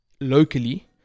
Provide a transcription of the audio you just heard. locally